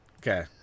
Okay